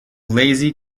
lazy